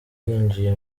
yinjiye